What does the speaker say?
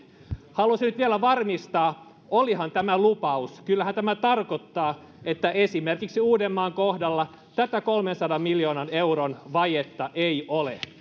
haluaisin nyt vielä varmistaa olihan tämä lupaus kyllähän tämä tarkoittaa että esimerkiksi uudenmaan kohdalla tätä kolmensadan miljoonan euron vajetta ei ole